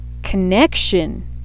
connection